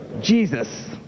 Jesus